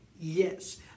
Yes